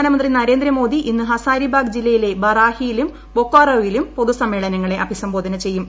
പ്രധാനമന്ത്രി നരേന്ദ്രമോദി ഇന്ന് ഹസാരിബാഗ് ജില്ലയിലെ ബറാഹിയിലും ബൊക്കാറോയിലും പൊതുസമ്മേളനങ്ങളെ അഭിസംബോധന ചെയ്യും